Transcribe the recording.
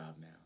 now